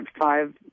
five